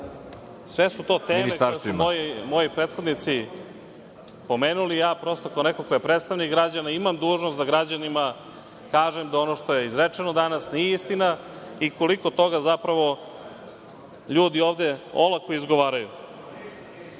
Sve su to teme koje su moji prethodnici pomenuli. Ja prosto kao neko ko je predstavnik građana imam dužnost da građanima kažem da ono što je izrečeno danas nije istina i koliko toga zapravo ljudi ovde olako izgovaraju. Nema